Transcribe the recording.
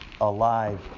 Alive